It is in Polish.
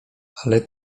ale